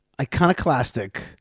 iconoclastic